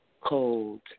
cold